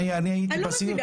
אני לא מבינה